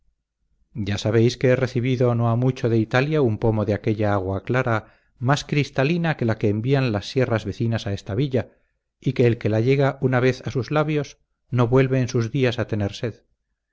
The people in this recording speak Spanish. ya sabéis que he recibido no ha mucho de italia un pomo de aquella agua clara más cristalina que la que envían las sierras vecinas a esta villa y que el que la llega una vez a sus labios no vuelve en sus días a tener sed